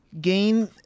gain